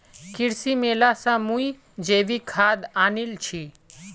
कृषि मेला स मुई जैविक खाद आनील छि